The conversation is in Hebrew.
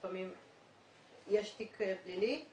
לפעמים יש תיק פלילי,